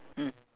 mm